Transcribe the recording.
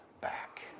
back